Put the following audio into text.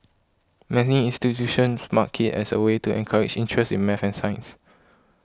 many institutions mark it as a way to encourage interest in math and science